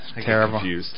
Terrible